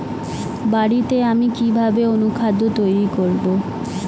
বাড়িতে আমি কিভাবে অনুখাদ্য তৈরি করব?